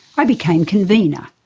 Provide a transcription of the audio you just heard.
i became convenor.